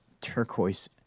turquoise